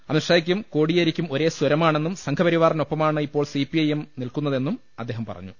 അമിത്ഷായ്ക്കും കോടിയേരിക്കും ഒരേ സ്വരമാ ണെന്നും സംഘപരിവാറിനൊപ്പമാണ് ഇപ്പോൾ സി പി ഐ എം നിൽക്കുന്നതെന്നും അദ്ദേഹം പറഞ്ഞു